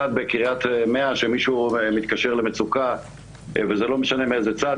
אחד בקריאת 100 שמישהו מתקשר למצוקה וזה לא משנה מאיזה צד,